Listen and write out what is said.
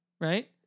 right